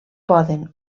poden